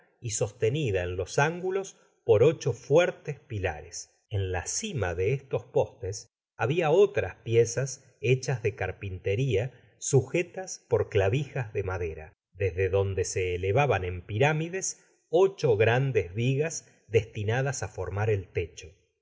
y sostenida en los ángulos por ocho fuertes pilares en ta aíma de estos postes habia otras piezas hechas de carpinteria sujetas por clavijas de madera desde donde se elevaban en pirámides ocho grandes vigas destinadas á formar el techo